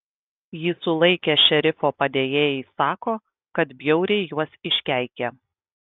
jį sulaikę šerifo padėjėjai sako kad bjauriai juos iškeikė